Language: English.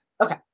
Okay